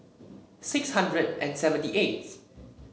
six hundred and seventy eighth